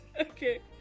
Okay